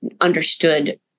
understood